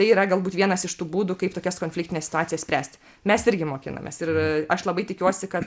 tai yra galbūt vienas iš tų būdų kaip tokias konfliktines situacijas spręsti mes irgi mokinamės ir aš labai tikiuosi kad